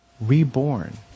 Reborn